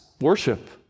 worship